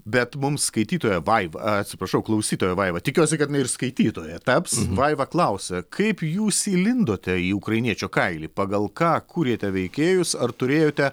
bet mums skaitytoja vaiva atsiprašau klausytoja vaiva tikiuosi kad jinai ir skaitytoja taps vaiva klausia kaip jūs įlindote į ukrainiečio kailį pagal ką kūrėte veikėjus ar turėjote